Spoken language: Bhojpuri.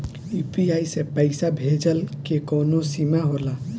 यू.पी.आई से पईसा भेजल के कौनो सीमा होला?